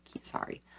sorry